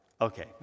Okay